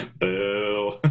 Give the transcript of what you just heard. Boo